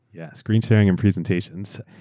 yeah screen sharing and presentations.